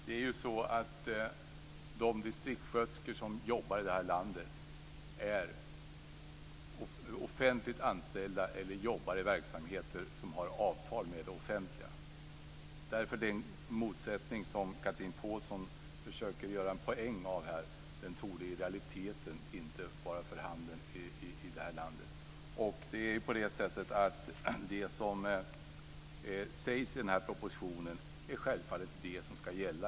Herr talman! De distriktssköterskor som jobbar i det här landet är offentligt anställda eller jobbar i verksamheter som har avtal med det offentliga. Den motsättning som Chatrine Pålsson försöker göra en poäng av här torde i realiteten inte vara för handen i det här landet. Det som sägs i propositionen är självfallet det som ska gälla.